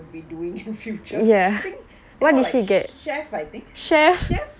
doing in the future I think that [one] like chef I think chef